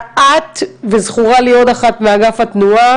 את וזכורה לי עוד אחת מאגף התנועה,